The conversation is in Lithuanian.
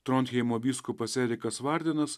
tronheimo vyskupas erikas vardenas